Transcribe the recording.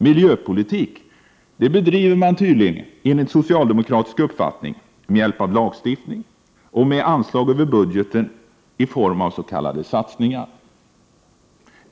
Miljöpolitik, det bedriver man tydligen, enligt socialdemokratisk uppfattning, med hjälp av lagstiftning och med anslag över budgeten i form av s.k. satsningar.